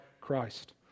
Christ